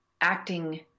acting